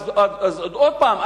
אז עוד פעם,